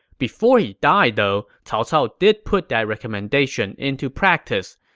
before he died, though, cao cao did put that recommendation into practice,